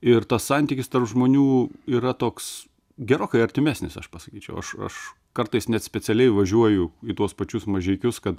ir tas santykis tarp žmonių yra toks gerokai artimesnis aš pasakyčiau aš aš kartais net specialiai važiuoju į tuos pačius mažeikius kad